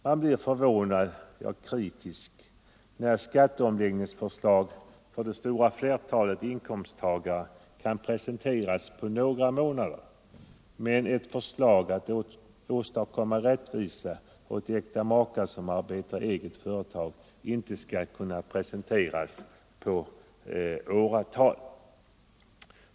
Man blir förvånad, ja kritisk, när skatteomläggningsförslag för det stora flertalet inkomsttagare kan presenteras på några månader, medan ett förslag att åstadkomma rättvisa åt äkta makar som arbetar i eget företag inte kan presenteras på åratal.